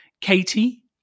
Katie